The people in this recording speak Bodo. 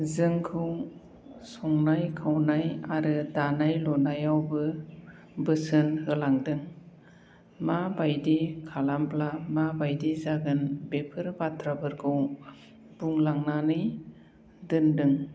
जोंखौ सांनाय खावनाय आरो दानाय लुनायावबो बोसोन होलांदों माबायदि खालामोब्ला माबायदि जागोन बेफोर बाथ्राफोरखौ बुंलांनानै दोन्दों